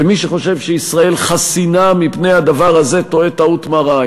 ומי שחושב שישראל חסינה מפני הדבר הזה טועה טעות מרה.